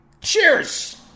Cheers